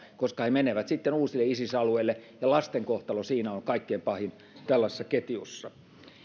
koska he menevät sitten uusille isis alueille ja lasten kohtalo on kaikkein pahin tällaisessa ketjussa